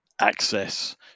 access